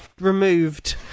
removed